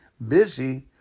Busy